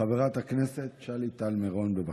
חברת הכנסת שלי טל מירון, בבקשה.